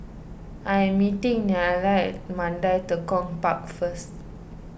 I am meeting Nelia at Mandai Tekong Park first